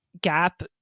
gap